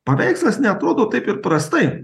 paveikslas neatrodo taip ir prastai